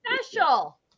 special